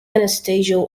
anastasio